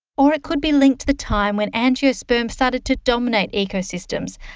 or it could be linked to the time when angiosperms started to dominate ecosystems,